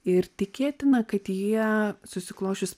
ir tikėtina kad jie susiklosčius